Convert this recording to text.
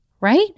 right